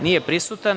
Nije prisutan.